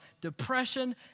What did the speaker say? depression